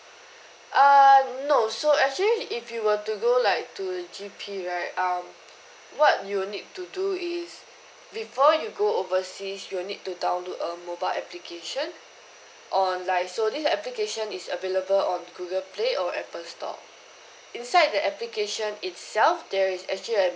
err no so actually if you were to go like to G_P right um what you need to do is before you go overseas you'll need to download our mobile application online so this application is available on google play or apple store inside the application itself there is actually